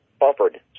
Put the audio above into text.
offered